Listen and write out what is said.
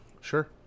Sure